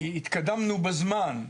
אז התקדמנו בזמן,